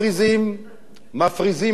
מפריזים בתכונות החיוביות,